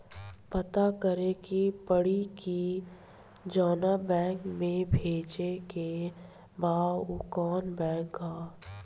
पता करे के पड़ी कि जवना बैंक में भेजे के बा उ कवन बैंक ह